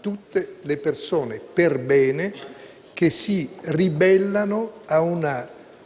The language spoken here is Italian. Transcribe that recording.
tutte le persone perbene che si ribellano a un